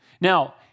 Now